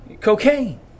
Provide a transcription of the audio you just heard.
cocaine